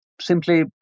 simply